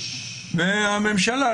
והממשלה,